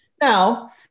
Now